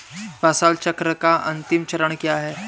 फसल चक्र का अंतिम चरण क्या है?